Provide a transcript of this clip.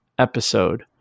episode